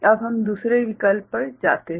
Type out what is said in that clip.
अब हम दूसरे विकल्प पर जाते हैं